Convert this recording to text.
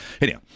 Anyhow